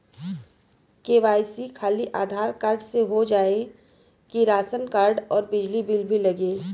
KYC खाली Aadhaar card से हो जाए कि राशन कार्ड अउर बिजली बिल भी लगी?